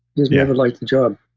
just never liked the job.